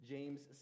James